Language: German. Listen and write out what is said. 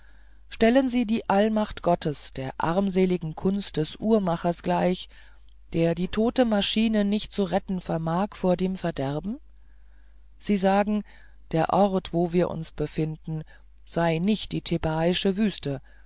stellen sie die allmacht gottes der armseligen kunst des uhrmachers gleich der die tote maschine nicht zu retten vermag vor dem verderben sie sagen der ort wo wir uns befinden sei nicht die thebaische wüste